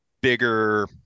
bigger